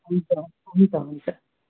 हुन्छ हुन्छ हुन्छ